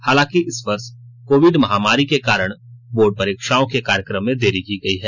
हालांकि इस वर्ष कोविड महामारी के कारण बोर्ड परीक्षाओं के कार्यक्रम में देरी की गई है